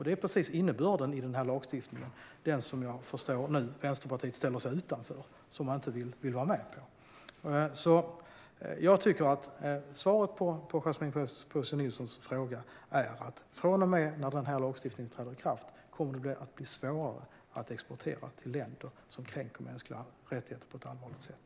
Det är innebörden i den lagstiftningen, som jag nu förstår att Vänsterpartiet ställer sig utanför. Svaret på Yasmine Posio Nilssons fråga är alltså att från och med att den här lagstiftningen träder i kraft kommer det att bli svårare att exportera till länder som kränker mänskliga rättigheter på ett allvarligt sätt.